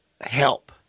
help